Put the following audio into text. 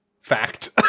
fact